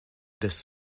this